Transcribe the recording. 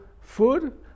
food